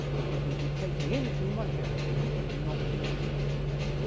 because you'll be taking in too much energy and not losing it, ok?